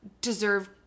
deserve